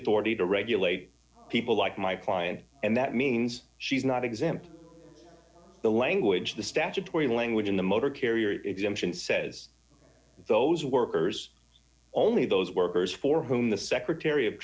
authority to regulate people like my client and that means she's not exempt the language the statutory language in the motor carrier exemption says those workers only those workers for whom the secretary of